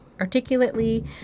articulately